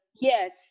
yes